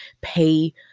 pay